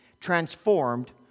transformed